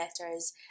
letters